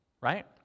Right